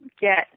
get –